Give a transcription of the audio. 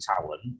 talent